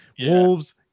wolves